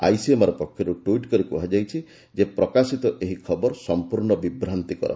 ICMR ପକ୍ଷରୁ tweet କରି କୁହାଯାଇଛି ଯେ ପ୍ରକାଶିତ ଏହି ଖବର ସମ୍ପର୍ଣ୍ଣ ବିଭ୍ଞାନ୍ତିକର